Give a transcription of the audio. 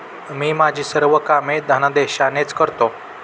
मी माझी सर्व कामे धनादेशानेच करतो